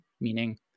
meaning